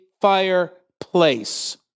fireplace